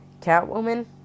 Catwoman